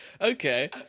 Okay